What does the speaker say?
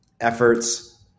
efforts